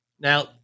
Now